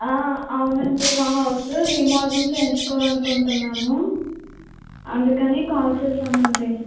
అవునండి మా house remodelling చేయించుకోవాలని అనుకుంటున్నాము అందుకని కాల్ చేసామండి